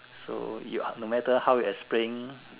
so ya no matter how you explain